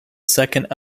second